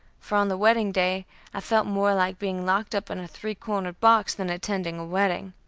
for on the wedding-day i felt more like being locked up in a three-cornered box than attending wedding.